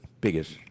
biggest